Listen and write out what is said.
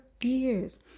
years